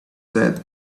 said